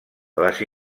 les